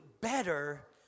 better